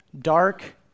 Dark